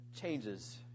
changes